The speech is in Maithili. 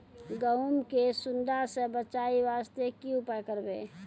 गहूम के सुंडा से बचाई वास्ते की उपाय करबै?